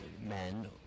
men